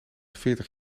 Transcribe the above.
veertig